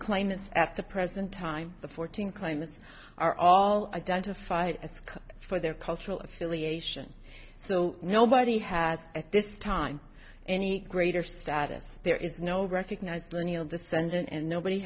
claimants at the present time the fourteen claimants are all identified as code for their cultural affiliation so nobody has at this time any greater status there is no recognised lineal descendant and nobody